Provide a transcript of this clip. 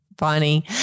funny